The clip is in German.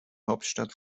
hauptstadt